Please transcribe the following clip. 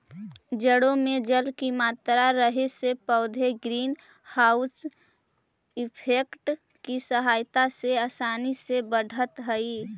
जड़ों में जल की मात्रा रहे से पौधे ग्रीन हाउस इफेक्ट की सहायता से आसानी से बढ़त हइ